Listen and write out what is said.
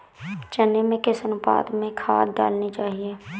चने में किस अनुपात में खाद डालनी चाहिए?